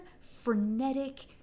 frenetic